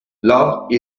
love